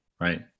Right